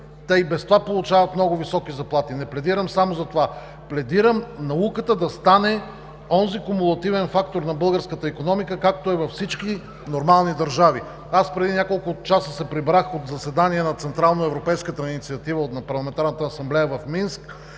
те и без това получават „много високи заплати“. Пледирам науката да стане онзи кумулативен фактор на българската икономика, както е във всички нормални държави. Преди няколко часа се прибрах от заседание на Централноевропейската инициатива от